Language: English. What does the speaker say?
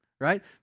right